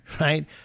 right